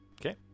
Okay